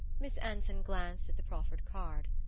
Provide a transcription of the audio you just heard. miss anson glanced at the proffered card.